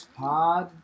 pod